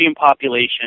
population